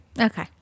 okay